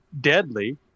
deadly